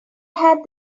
had